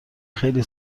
خیلی